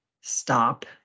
stop